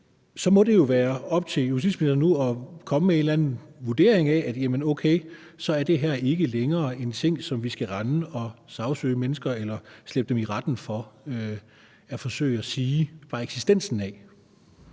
så må det jo nu være op til justitsministeren at komme med en eller anden udtalelse om, at det her ikke længere er en ting, som vi skal rende og sagsøge mennesker for og slæbe dem i retten for, altså bare fordi de nævner eksistensen af